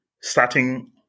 starting